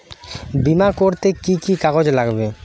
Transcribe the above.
বিমা করতে কি কি কাগজ লাগবে?